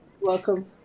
Welcome